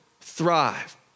thrive